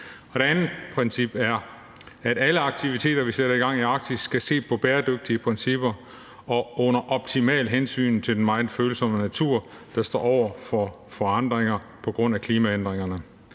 Det andet princip er, at alle aktiviteter, vi sætter i gang i Arktis, skal baseres på bæredygtige principper under optimal hensyntagen til den meget følsomme natur, der står over for forandringer på grund af klimaændringerne.